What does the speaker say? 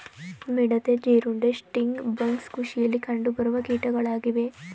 ಮಿಡತೆ, ಜೀರುಂಡೆ, sting bugs ಕೃಷಿಯಲ್ಲಿ ಕಂಡುಬರುವ ಕೀಟಗಳಾಗಿವೆ